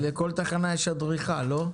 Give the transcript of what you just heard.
כי לכל תחנה יש אדריכל, לא?